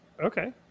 Okay